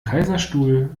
kaiserstuhl